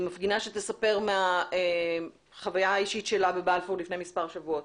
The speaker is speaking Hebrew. מפגינה שתספר מהחוויה האישית שלה בבלפור לפני מספר שבועות.